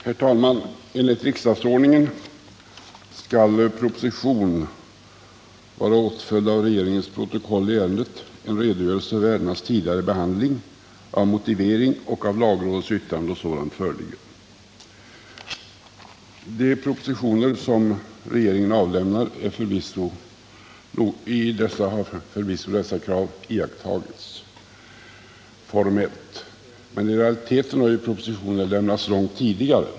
Herr talman! Enligt riksdagsordningen skall proposition vara åtföljd av regeringens protokoll i ärendet, av en redogörelse för ärendenas tidigare behandling, av motivering och av lagrådets yttrande då sådant föreligger. I de propositioner som regeringen avlämnar har förvisso dessa krav iakttagits — formellt — men i realiteten har propositionerna lämnats långt tidigare.